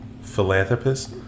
Philanthropist